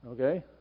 Okay